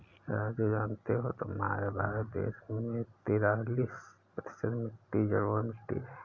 राजू जानते हो हमारे भारत देश में तिरालिस प्रतिशत मिट्टी जलोढ़ मिट्टी हैं